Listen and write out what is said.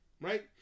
right